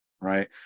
right